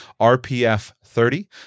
RPF30